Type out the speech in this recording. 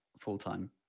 full-time